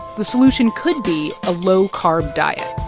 the solution could be a low-carb diet